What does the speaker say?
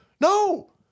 no